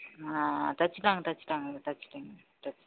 ஆ தச்சிவிட்டாங்க தச்சிவிட்டாங்க இது தச்சிவிட்டாங்க தச்சிவிட்டாங்க